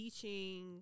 teaching